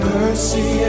mercy